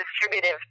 distributive